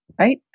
Right